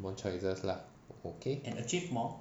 more choices lah okay